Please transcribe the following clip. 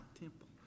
temple